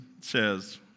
says